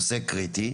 נושא קריטי,